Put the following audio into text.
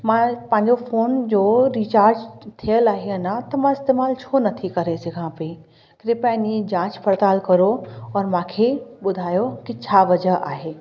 मां पंहिंजो फ़ोन जो रीचार्ज थियल आहे अञा त मां इस्तेमालु छो नथी करे सघां पेई कृपा हिन जांच पड़ताल करो और मांखे ॿुधायो कि छा वजाह आहे